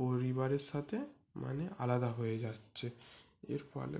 পরিবারের সাথে মানে আলাদা হয়ে যাচ্ছে এর ফলে